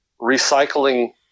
recycling